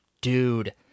dude